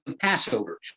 Passover